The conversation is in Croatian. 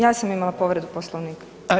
Ja sam imala povredu Poslovnika.